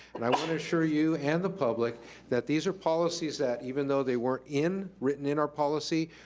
and i wanna ensure you and the public that these are policies that even though they weren't in, written in our policy,